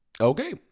okay